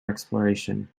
exploration